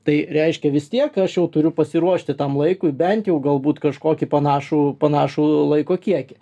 tai reiškia vis tiek aš jau turiu pasiruošti tam laikui bent jau galbūt kažkokį panašų panašų laiko kiekį